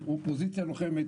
עם אופוזיציה לוחמת,